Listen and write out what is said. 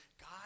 God